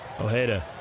Ojeda